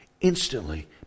instantly